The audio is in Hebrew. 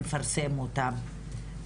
נפרסם אותם.